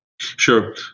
Sure